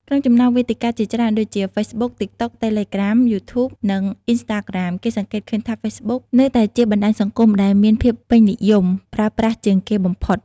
ក្នុងចំណោមវេទិកាជាច្រើនដូចជា ហ្វេសប៊ុក ទីកតុក តេឡេក្រាម យូ ធូប និង អ៊ីនស្តាក្រាម គេសង្កេតឃើញថា ហ្វេសប៊ុក នៅតែជាបណ្តាញសង្គមដែលមានភាពពេញនិយមប្រើប្រាស់ជាងគេបំផុត។